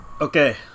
Okay